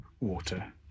water